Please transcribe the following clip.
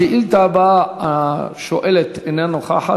השאילתה הבאה, השואלת איננה נוכחת.